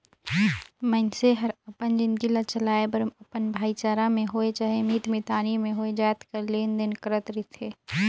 मइनसे हर अपन जिनगी ल चलाए बर अपन भाईचारा में होए चहे मीत मितानी में होए जाएत कर लेन देन करत रिथे